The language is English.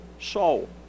soul